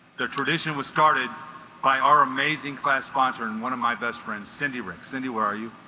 the tradition was started by our amazing class sponsor and one of my best friends cindy rick cindy where are you